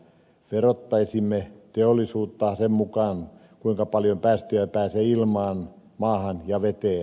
verottaisimme teollisuutta sen mukaan kuinka paljon päästöjä pääsee ilmaan maahan ja veteen